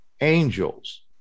angels